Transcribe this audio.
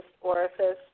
orifice